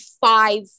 five